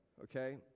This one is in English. okay